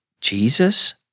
Jesus